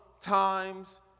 times